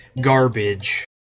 garbage